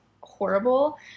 horrible